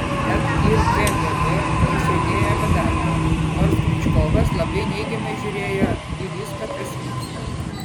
bet ir kgb nesėdėjo be darbo nors kriučkovas labai neigiamai žiūrėjo į viską kas vyksta